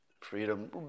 freedom